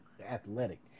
athletic